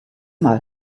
mal